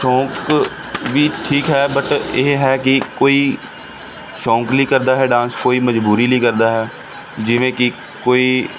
ਸ਼ੌਕ ਵੀ ਠੀਕ ਹੈ ਬੱਟ ਇਹ ਹੈ ਕਿ ਕੋਈ ਸ਼ੌਕ ਲਈ ਕਰਦਾ ਹੈ ਡਾਂਸ ਕੋਈ ਮਜਬੂਰੀ ਲਈ ਕਰਦਾ ਹੈ ਜਿਵੇਂ ਕਿ ਕੋਈ